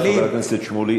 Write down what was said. תודה רבה לחבר הכנסת שמולי.